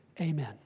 amen